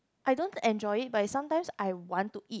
I don't enjoy it but I sometimes I want to eat